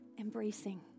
embracing